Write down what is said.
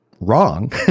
wrong